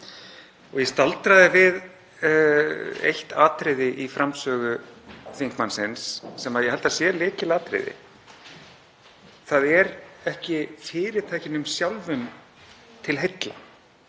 Ég staldraði við eitt atriði í framsögu þingmannsins sem ég held að sé lykilatriði. Það er ekki fyrirtækjunum sjálfum til heilla